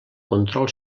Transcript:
control